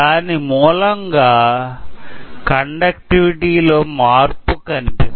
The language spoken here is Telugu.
దాని మూలంగా కండక్టివిటీ లో మార్పు కనిపిస్తుంది